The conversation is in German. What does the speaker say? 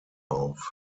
auf